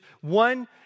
one